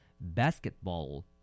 Basketball